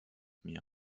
mir